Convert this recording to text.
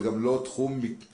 זה גם לא תחום התמחותו.